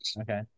Okay